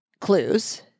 clues